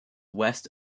west